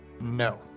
No